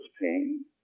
pain